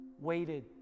waited